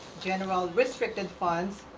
general restricted fund,